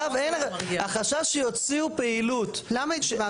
החשש שיוציאו פעילות --- למה התגברתי עליו?